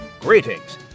Greetings